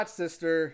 sister